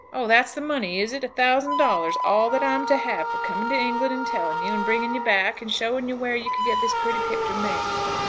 oh that's the money, is it a thousand dollars all that i'm to have for coming to england and telling you, and bringing you back, and showing you where you could get this pretty picter made.